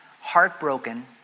heartbroken